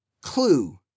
Clue